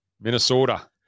Minnesota